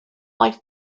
like